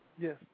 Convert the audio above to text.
Yes